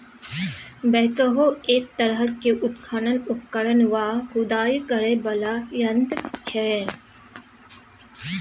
backhoe एक तरहक उत्खनन उपकरण वा खुदाई करय बला यंत्र छै